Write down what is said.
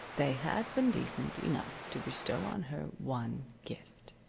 they had been decent enough to bestow on her one gift.